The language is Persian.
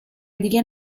دیگه